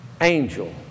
angel